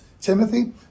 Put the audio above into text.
Timothy